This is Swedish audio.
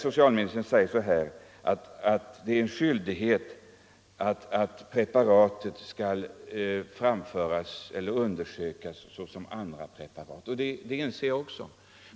Socialministern säger att THX måste undersökas som andra preparat. Det inser jag också.